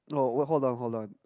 no hold on hold on